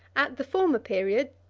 at the former period,